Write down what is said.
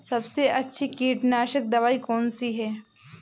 सबसे अच्छी कीटनाशक दवाई कौन सी है?